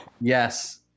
Yes